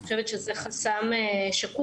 אני חושבת שזה חסם שקוף